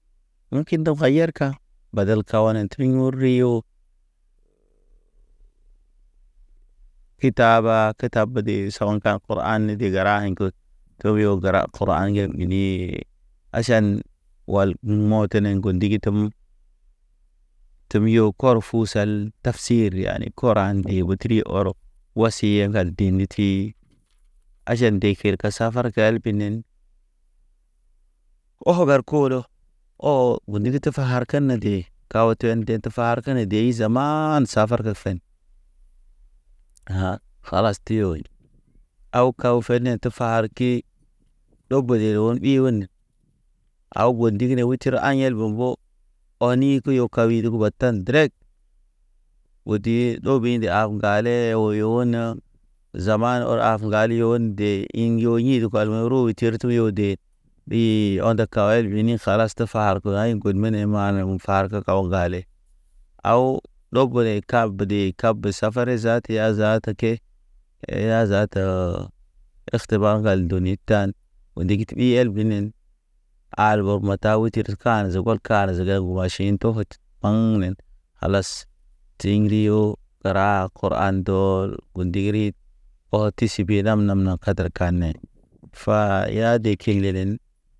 Un ki ndeb kayerka badal kawane turiŋ ori yo, kitaaba ketab de sawakan kuran e de gəra ḭko. Tobyo gəra kura̰ aŋgem bini. Aʃan wal mɔ tene ŋgo ndigi tem, tebyo kɔr fu sal tabsi re ane kɔran de o tri ɔrɔ. Wasi ye ŋgal diniti, aʃan ndeker kal safar ke el pinen. Ɔk ɓar kolo ɔ ŋgundig tə fa har kana de. Taw ten ndete far ke kene dey zamaan sa far ka fen. Ha kalas te wey. Aw kaw fene te far ke, ɗow bodere on ɗi one. Aw go ndigne u tir aɲel bombo, ɔni ke yo kawri go batan derek, odi ɗowɓi ndi af ŋgale oyo one. Zaman ɔl af ŋgali o nde ḭ yo ɲi de palme ro tir tɔk yo de ɓii onde kawel bini kalas te far ke. Fe aɲ gud mane far ge gaw gale. Aw ɗob ɗekab dekab, kab safare zaata ya zaata ke e ya zaata o. Steɓaŋgal duni tan wuy ndigiti ɓi hel binen. Al bo mata utur kan zegɔl kar zeged ŋguma ʃiin to et. Ɓa̰gnen kalas. Tḭgri o raw kuran ndɔ gudriit. Ɔ tiʃi bi nam- nam kadre ka ne fa ya de kilenen.